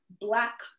black